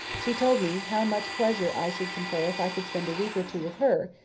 she told me how much pleasure i should confer if i could spend a week or two with her,